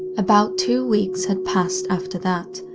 about two weeks had passed after that,